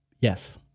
Yes